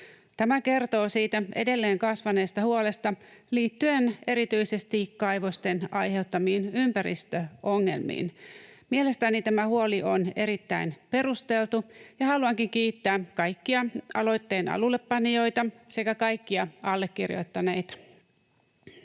Tämä kertoo siitä edelleen kasvaneesta huolesta liittyen erityisesti kaivosten aiheuttamiin ympäristöongelmiin. Mielestäni tämä huoli on erittäin perusteltu, ja haluankin kiittää kaikkia aloitteen alullepanijoita sekä kaikkia allekirjoittaneita.